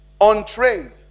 untrained